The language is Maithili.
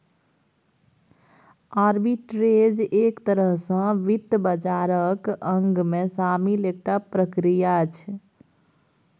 आर्बिट्रेज एक तरह सँ वित्त बाजारक अंगमे शामिल एकटा प्रक्रिया छै